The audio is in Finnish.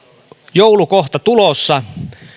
joulu kohta tulossa